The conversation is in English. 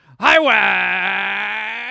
Highway